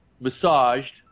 massaged